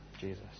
Jesus